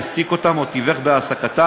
העסיק אותם או תיווך בהעסקתם,